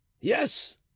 Yes